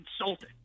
insulted